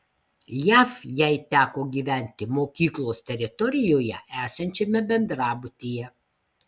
jav jai teko gyventi mokyklos teritorijoje esančiame bendrabutyje